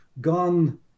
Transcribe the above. gone